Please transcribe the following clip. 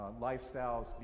lifestyles